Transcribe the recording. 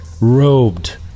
robed